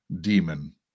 demon